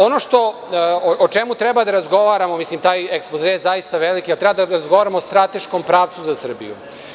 Ono o čemu treba da razgovaramo, mislim taj ekspoze je zaista veliki, a treba da razgovaramo o strateškom pravcu za Srbiju.